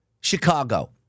Chicago